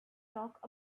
talk